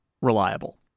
reliable